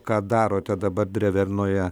ką darote dabar drevernoje